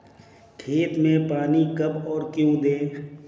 खेत में पानी कब और क्यों दें?